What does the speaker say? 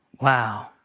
Wow